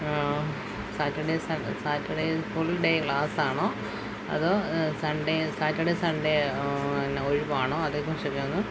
Saturday sun Saturday full day class ആണോ അതോ Sunday Satur Sunday പിന്നെ ഒഴിവാണോ അതേകുറിച്ചൊക്കെ ഒന്ന്